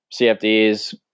cfds